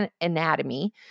anatomy